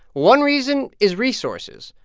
one reason is resources.